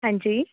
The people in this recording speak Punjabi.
ਹਾਂਜੀ